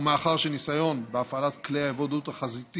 ומאחר שהניסיון בהפעלת כלי ההיוועדות החזותית